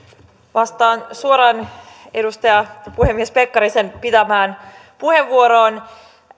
vastaan suoraan edustaja puhemies pekkarisen pitämään puheenvuoroon